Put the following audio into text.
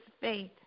faith